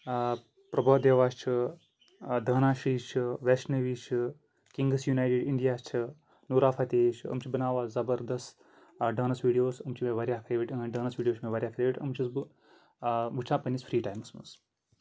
آ پربھوٗ دیوا چھُ دانا شٲہی چھُ ویشنوی چھ کنگٕس یٗونائیٹڈ انڈیا چھُ نورا فتحی چھُ یِم چھِ بَناوان زبردست ڈانٕس ویٖڈیوز یِم چھِ مےٚ واریاہ فیورِٹ أہنٛدۍ ڈانٔس ویٖڈیوز چھِ مےٚ واریاہ فیورِٹ تِم چھُس بہٕ آ وٕچھان پَنٕنِس فری ٹایمَس منٛز